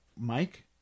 mike